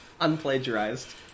Unplagiarized